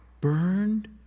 burned